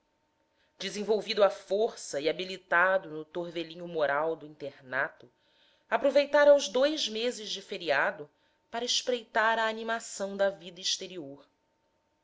desenvolvido à força e habilitado no torvelinho moral do internato aproveitara os dois meses de feriado para espreitar a animação da vida exterior